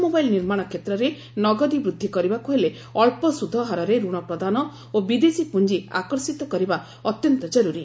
mobile ନିର୍ମାଣ କ୍ଷେତ୍ରରେ ନଗଦି ବୃଦ୍ଧି କରିବାକୁ ହେଲେ ଅଞ୍ଚ ସୁଧହାରରେ ଋଣ ପ୍ରଦାନ ଓ ବିଦେଶୀ ପୁଞ୍ଜ ଆକର୍ଷିତ କରିବା ଅତ୍ୟନ୍ତ ଜରୁରି